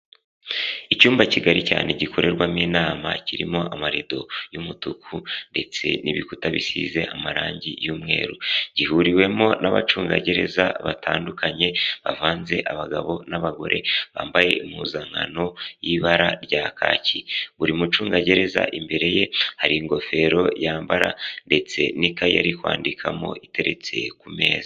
Icyumba kigari cyane gikorerwamo inama kirimo amarido y'umutuku, ndetse n'ibikuta bisize amarangi y'umweru, gihuriwemo n'abacungagereza batandukanye, bavanze abagabo n'abagore, bambaye impuzankano y'ibara rya kaki, buri mucungagereza imbere ye, hari ingofero yambara ndetse n'ikaye kwandikamo iteretse ku meza.